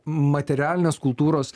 materialinės kultūros